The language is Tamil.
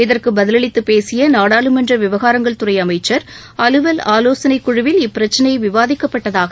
இதற்கு பதிலளித்து பேசிய நாடாளுமன்ற விவகாரங்கள் துறை அமைச்சா் அலுவல் ஆலோசனைக் குழுவில் இப்பிரச்சினை விவாதிக்கப்பட்டதாகத் தெரிவித்தாா்